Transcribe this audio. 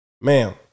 Ma'am